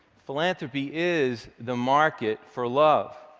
philanthropy is the market for love.